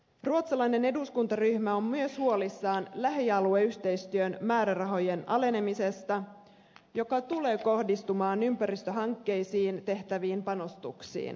ruotsalainen eduskuntaryhmä on myös huolissaan lähialueyhteistyön määrärahojen alenemisesta joka tulee kohdistumaan ympäristöhankkeisiin tehtäviin panostuksiin